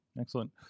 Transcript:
Excellent